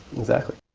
exactly.